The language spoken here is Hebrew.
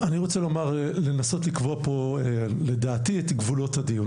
אני רוצה לומר לנסות לקבוע פה לדעתי את גבולות הדיון,